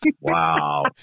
Wow